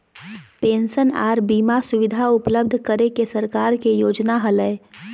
pension आर बीमा सुविधा उपलब्ध करे के सरकार के योजना हलय